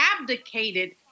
abdicated